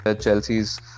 Chelsea's